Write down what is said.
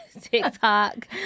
TikTok